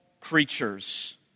creatures